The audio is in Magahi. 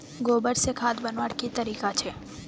गोबर से खाद बनवार की तरीका छे?